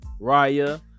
raya